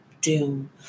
doom